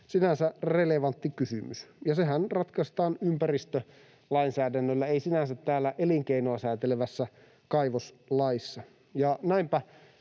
relevantti kysymys. Sehän ratkaistaan ympäristölainsäädännöllä, ei sinänsä täällä elinkeinoa säätelevässä kaivoslaissa.